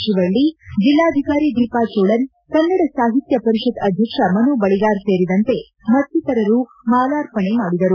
ಶಿವಳ್ಳಿ ಜಿಲ್ಲಾಧಿಕಾರಿ ದೀಪಾ ಜೋಳನ್ ಕನ್ನಡ ಸಾಹಿತ್ಯ ಪರಿಷತ್ ಅಧ್ಯಕ್ಷ ಮನು ಬಳಿಗಾರ್ ಸೇರಿದಂತೆ ಮತ್ತಿತರರು ಮಾಲಾರ್ಪಣೆ ಮಾಡಿದರು